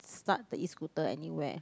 start the E-Scooter anywhere